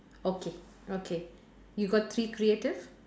okay okay you got three creative